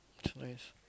it's nice